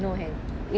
no hell